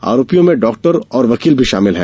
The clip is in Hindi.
आरोपियों में डाक्टर और वकील भी शामिल हैं